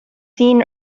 seen